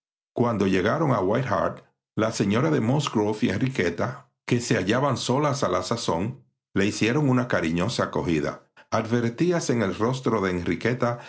cuando llegaron a white hart la señora de musgrove y enriqueta que se hallaban solas a la sazón le hicieron una cariñosa acogida advertíase en el rostro de enriqueta